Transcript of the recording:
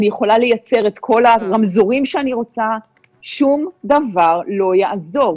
אני יכולה לייצר את כל הרמזורים שאני רוצה - שום דבר לא יעזור.